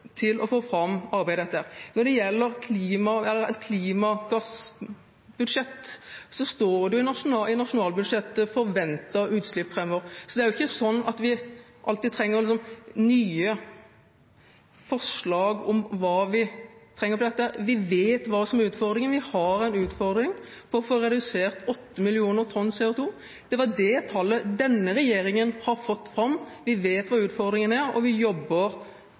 til å få fram arbeidet med dette. Når det gjelder et klimagassbudsjett, står det i nasjonalbudsjettet forventet utslipp framover. Så det er ikke alltid slik at vi trenger nye forslag om hva vi trenger i forbindelse med dette. Vi vet hva som er utfordringene. Vi har en utfordring i å få redusert klimautslippene med 8 millioner tonn CO2. Det er det tallet denne regjeringen har fått fram. Vi vet hva utfordringene er, og vi jobber